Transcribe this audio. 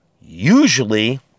usually